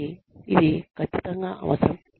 కాబట్టి ఇది ఖచ్చితంగా అవసరం